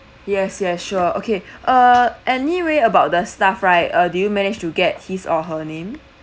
yes yes sure okay uh anyway about the staff right uh do you manage to get his or her name